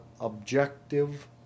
objective